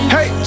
Hey